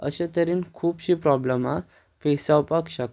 अशें तरेन खुबशीं प्रोब्लमां फेस जावपाक शकता